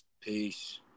Peace